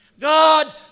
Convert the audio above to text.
God